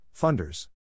Funders